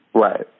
Right